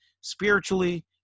Spiritually